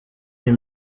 iyi